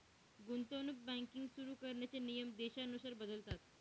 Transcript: गुंतवणूक बँकिंग सुरु करण्याचे नियम देशानुसार बदलतात